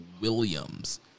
Williams